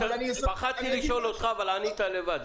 פחדתי לשאול אבל ענית לבד.